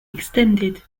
extended